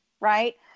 right